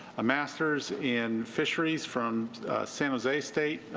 a masteris in fisheries from san jose state,